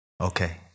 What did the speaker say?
Okay